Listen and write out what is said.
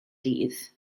dydd